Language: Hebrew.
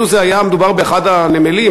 אילו היה מדובר באחד הנמלים,